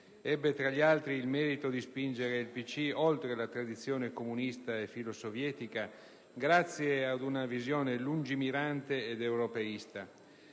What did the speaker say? Ebbe, tra gli altri, il merito di spingere il PCI oltre la tradizione comunista e filosovietica grazie ad una visione lungimirante ed europeista.